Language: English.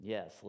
Yes